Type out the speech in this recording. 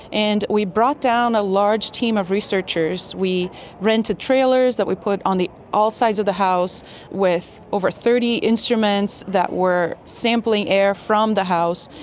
and we brought down a large team of researchers. we rented trailers that we put on the outsides of the house with over thirty instruments that were sampling air from the house.